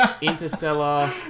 Interstellar